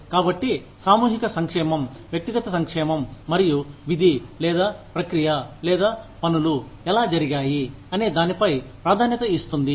కాబట్టి సామూహిక సంక్షేమం వ్యక్తిగత సంక్షేమం మరియు విధి లేదా ప్రక్రియ లేదా పనులు ఎలా జరిగాయి అనే దానిపై ప్రాధాన్యత ఇస్తుంది